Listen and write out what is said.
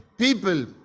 people